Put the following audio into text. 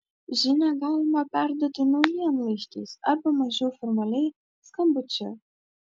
žinią galimą perduoti naujienlaiškiais arba mažiau formaliai skambučiu